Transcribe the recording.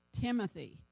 Timothy